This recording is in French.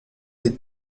les